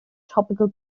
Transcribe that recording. topical